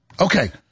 Okay